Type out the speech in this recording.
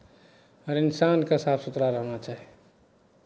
हर इन्सानकेँ साफ सुथरा रहना चाही